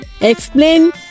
explain